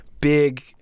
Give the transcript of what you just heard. big